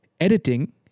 editing